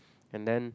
and then